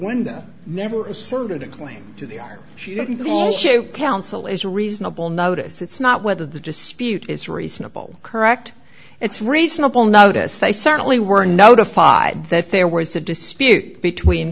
one that never asserted a claim to the our she didn't call you council is a reasonable notice it's not whether the dispute is reasonable correct it's reasonable notice they certainly were notified that there was a dispute between